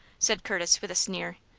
said curtis, with a sneer.